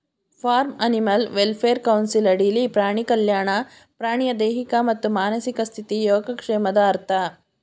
form animal welfare council ಅಡಿಲಿ ಪ್ರಾಣಿ ಕಲ್ಯಾಣ ಪ್ರಾಣಿಯ ದೈಹಿಕ ಮತ್ತು ಮಾನಸಿಕ ಸ್ಥಿತಿ ಯೋಗಕ್ಷೇಮದ ಅರ್ಥ